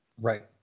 Right